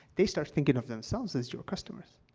they start thinking of themselves as your customers,